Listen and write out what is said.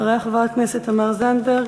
ואחריה, חברת כנסת תמר זנדברג.